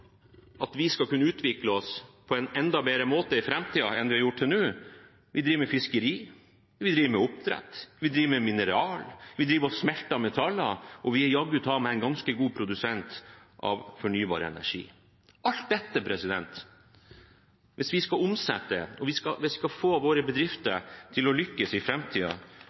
at vi skal kunne utvikle oss på en enda bedre måte i framtiden enn vi har gjort til nå. Vi driver med fiskeri, vi driver med oppdrett, vi driver med mineraler, vi driver med smelting av metaller, og jammen er vi en ganske god produsent av fornybar energi – alt dette. Hvis vi skal få våre bedrifter til å lykkes i